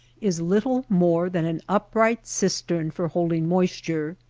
is little more than an upright cistern for holding moisture.